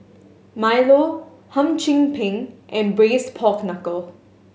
milo Hum Chim Peng and Braised Pork Knuckle